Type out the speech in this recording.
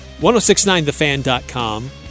1069thefan.com